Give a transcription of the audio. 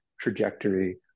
trajectory